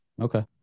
Okay